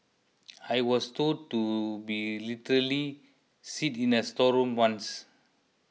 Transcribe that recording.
I was told to be literally sit in a storeroom once